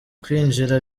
kwinjira